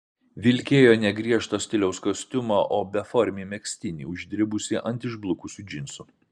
vilkėjo ne griežto stiliaus kostiumą o beformį megztinį uždribusį ant išblukusių džinsų